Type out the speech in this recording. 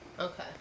Okay